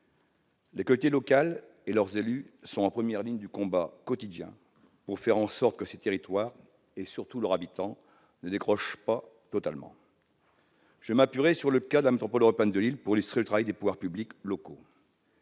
Les collectivités locales et leurs élus sont en première ligne du combat quotidien pour faire en sorte que ces territoires, et surtout leurs habitants, ne décrochent pas totalement. Je m'appuierai sur le cas de la métropole européenne de Lille pour illustrer le travail des pouvoirs publics locaux.